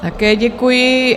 Také děkuji.